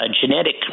genetic